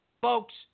Folks